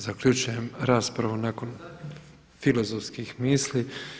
Zaključujem raspravu nakon filozofskih misli.